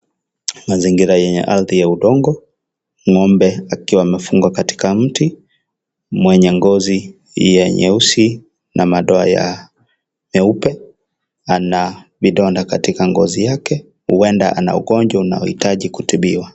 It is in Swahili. Mazingira yenye ardhi ya udongo ngombe akiwa amefungwa katika mti mwenye ngozi ya nyeusi na madoa ya nyeupe ana vidonda katika ngozi yake huenda ana ugonjwa unaohitaji kutibiwa.